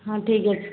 ହଁ ଠିକ ଅଛି